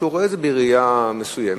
שרואה את זה בראייה מסוימת,